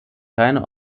keine